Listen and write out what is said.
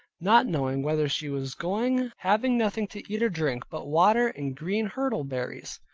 not knowing whither she was going having nothing to eat or drink but water, and green hirtle-berries.